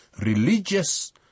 religious